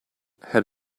had